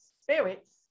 spirits